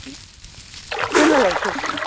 दोनलायलायनोसै